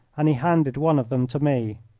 and he handed one of them to me.